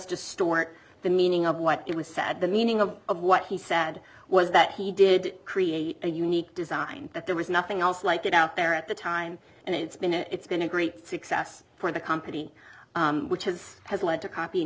distort the meaning of what it was said the meaning of of what he said was that he did create a unique design that there was nothing else like it out there at the time and it's been a it's been a great success for the company which has has led to copying